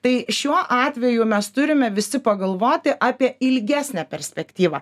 tai šiuo atveju mes turime visi pagalvoti apie ilgesnę perspektyvą